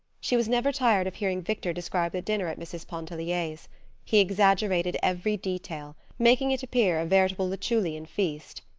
she was never tired of hearing victor describe the dinner at mrs. pontellier's. he exaggerated every detail, making it appear a veritable lucullean feast.